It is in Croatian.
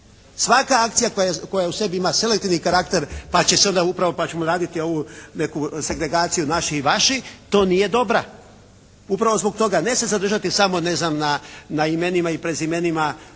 Svaka akcija koja u sebi ima selektivni karakter, pa ćemo raditi neku segregaciju naši i vaši, to nije dobra. Upravo zbog toga ne se zadržati samo ne znam na imenima i prezimenima